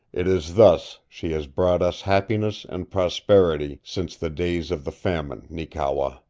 it is thus she has brought us happiness and prosperity since the days of the famine, neekewa!